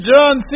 John